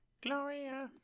Gloria